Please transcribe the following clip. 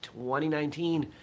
2019